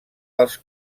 dels